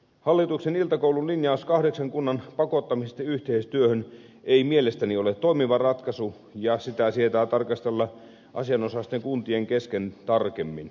hallituksen iltakoulun linjaus kahdeksan kunnan pakottamisesta yhteistyöhön ei mielestäni ole toimiva ratkaisu ja sitä sietää tarkastella asianosaisten kuntien kesken tarkemmin